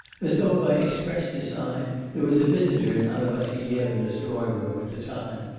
as though by express design, there was a visitor in anna vassilyevna's drawing-room at the time,